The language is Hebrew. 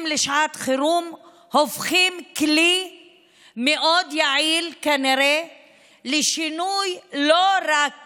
לשעת חירום הופכים לכלי מאוד יעיל כנראה לשינוי לא רק